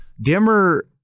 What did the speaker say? dimmer